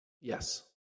Yes